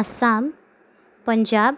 Assam Punjab